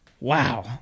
Wow